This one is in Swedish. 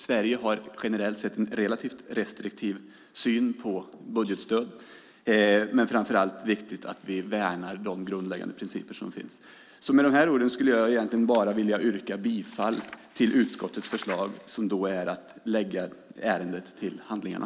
Sverige har generellt sett en relativt restriktiv syn på budgetstöd, men det är framför allt viktigt att vi värnar de grundläggande principer som finns. Med dessa ord vill jag bara yrka bifall till utskottets förslag, som är att lägga ärendet till handlingarna.